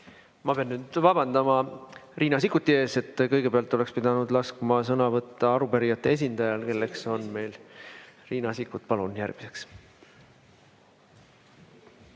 Ma pean nüüd vabandama Riina Sikkuti ees. Kõigepealt oleks pidanud laskma sõna võtta arupärijate esindajal, kelleks on meil Riina Sikkut. Palun! Ma pean